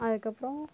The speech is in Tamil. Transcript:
அதுக்கப்புறம்